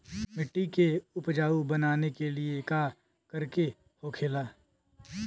मिट्टी के उपजाऊ बनाने के लिए का करके होखेला?